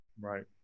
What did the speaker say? Right